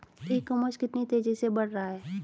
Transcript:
ई commerce कितनी तेजी से बढ़ रहा है?